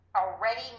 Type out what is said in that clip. already